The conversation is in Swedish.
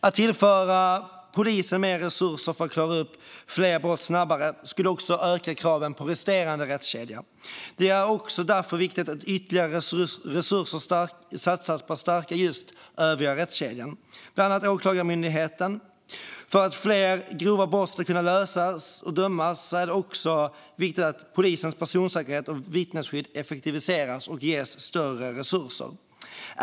Att tillföra polisen mer resurser för att klara upp fler brott snabbare skulle också öka kraven på resterande rättskedja. Det är därför också viktigt att ytterligare resurser satsas på att stärka just övriga rättskedjan, bland annat Åklagarmyndigheten. För att fler grova brott ska kunna lösas och fler brottslingar dömas är det också viktigt att polisens arbete med personsäkerhet och vittnesskydd effektiviseras och ges större resurser.